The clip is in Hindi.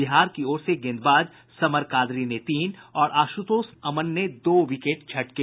बिहार की ओर से गेंदबाज समर कादरी ने तीन और आशुतोष अमन ने दो विकेट झटके